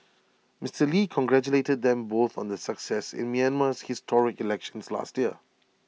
Mister lee congratulated them both on their success in Myanmar's historic elections last year